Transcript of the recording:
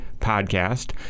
podcast